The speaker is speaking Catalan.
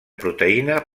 proteïna